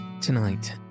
Tonight